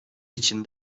için